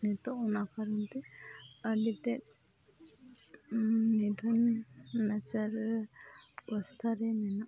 ᱱᱤᱛᱚᱜ ᱚᱱᱟ ᱠᱟᱨᱚᱱᱛᱮ ᱟᱹᱰᱤᱛᱮᱫ ᱱᱤᱫᱷᱟᱹᱱ ᱱᱟᱪᱟᱨ ᱚᱵᱚᱥᱛᱷᱟ ᱨᱮ ᱢᱮᱱᱟᱜ